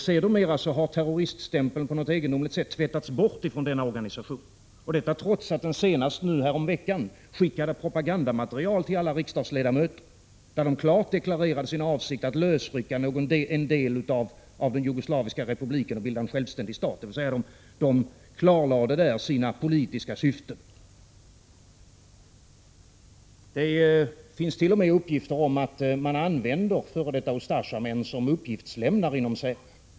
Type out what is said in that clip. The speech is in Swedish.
Sedermera har terroriststämpeln på något egendomligt sätt tvättats bort från denna organisation, trots att den senast härom veckan skickade propagandamaterial till alla riksdagsledamöter, där den klart deklarerade sin avsikt att lösrycka en del av den jugoslaviska republiken och bilda en självständig stat, och därmed klarlade sina politiska syften. Det finns t.o.m. uppgifter om att säpo använder f.d. Ustasjamän som uppgiftslämnare.